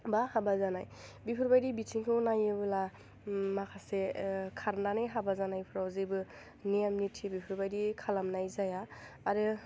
बा हाबा जानाय बेफोरबायदि बिथिंखौ नायोबोला माखासे खारनानै हाबा जानायफोराव जेबो नेम निथि बेफोरबायदि खालामनाय जाया आरो